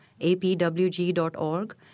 APWG.org